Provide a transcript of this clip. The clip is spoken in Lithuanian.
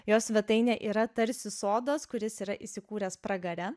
jos svetainė yra tarsi sodas kuris yra įsikūręs pragare